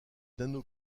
anneau